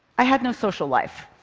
i had no social life.